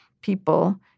people